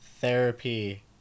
therapy